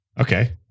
Okay